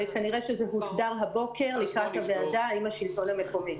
וכנראה זה הוסדר הבוקר לקראת הוועדה עם השלטון המקומי.